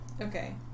Okay